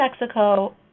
Mexico